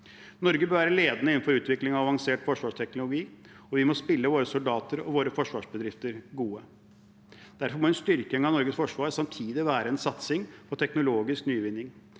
Norge bør være ledende innenfor utvikling av avansert forsvarsteknologi, og vi må spille våre soldater og våre forsvarsbedrifter gode. Derfor må en styrking av Norges forsvar samtidig være en satsing på teknologisk nyvinning.